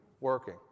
working